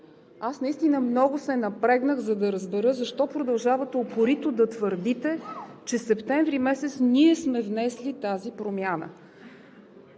аз наистина много се напрегнах, за да разбера защо продължавате упорито да твърдите, че септември месец ние сме внесли тази промяна?